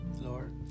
Lord